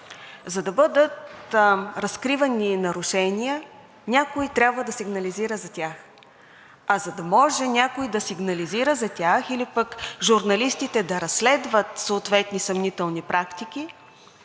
За да бъдат разкривани нарушения, някой трябва да сигнализира за тях, а за да може някой да сигнализира за тях или пък журналистите да разследват съответни съмнителни практики,